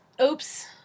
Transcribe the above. Oops